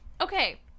Okay